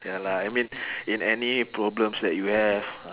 ya lah I mean in any problems that you have ah